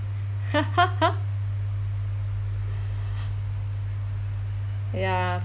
ya